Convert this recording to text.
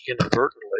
inadvertently